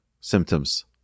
symptoms